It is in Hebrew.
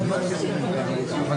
זה.